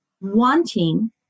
wanting